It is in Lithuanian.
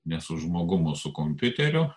ne su žmogum o su kompiuteriu